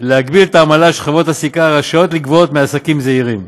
להגביל את העמלה שחברות סליקה רשאיות לגבות מעסקים זעירים,